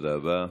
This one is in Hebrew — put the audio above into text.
תודה רבה.